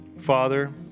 Father